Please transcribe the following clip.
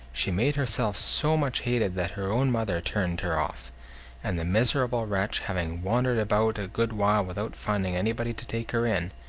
she made herself so much hated that her own mother turned her off and the miserable wretch, having wandered about a good while without finding anybody to take her in,